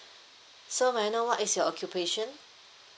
so may I know what is your occupation